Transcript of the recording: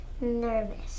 Nervous